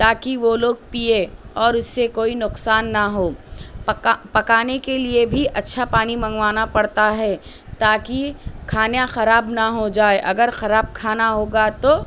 تاکہ وہ لوگ پیئے اور اس سے کوئی نقصان نہ ہو پکا پکانے کے لیے بھی اچھا پانی منگوانا پڑتا ہے تاکہ کھانا خراب نہ ہو جائے اگر خراب کھانا ہوگا تو